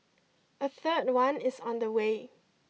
a third one is on the way